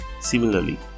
Similarly